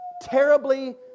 terribly